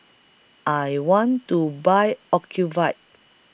I want to Buy Ocuvite